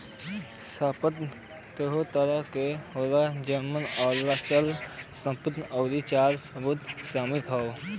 संपत्ति दू तरह क होला जेमन अचल संपत्ति आउर चल संपत्ति शामिल हौ